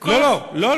לא, לא.